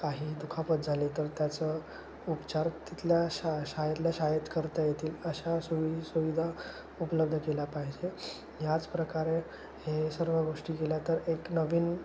काही दुखापत झाली तर त्याचं उपचार तिथल्या शा शाळेतल्या शाळेत करता येतील अशा सुवि सुविधा उपलब्ध केल्या पाहिजे ह्याच प्रकारे हे सर्व गोष्टी केल्या तर एक नवीन